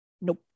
Nope